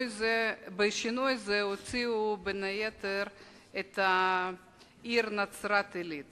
בשינוי זה הוציאו בין היתר את העיר נצרת-עילית